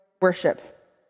worship